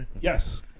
yes